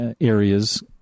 areas